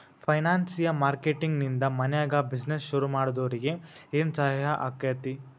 ಫೈನಾನ್ಸಿಯ marketing ನಿಂದಾ ಮನ್ಯಾಗ್ business ಶುರುಮಾಡ್ದೊರಿಗೆ ಏನ್ಸಹಾಯಾಕ್ಕಾತಿ?